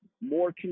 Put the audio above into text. more